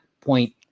point